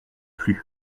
plus